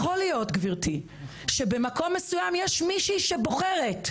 יכול להיות גבירתי שבמקום מסוים יש מישהי שבוחרת.